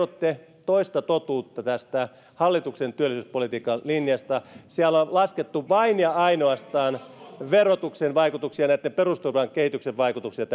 te kerrotte toista totuutta hallituksen työllisyyspolitiikan linjasta siellä on laskettu vain ja ainoastaan verotuksen vaikutuksia ja perusturvan kehityksen vaikutuksia